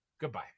Goodbye